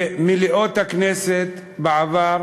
במליאות הכנסת בעבר